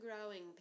growing